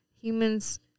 humans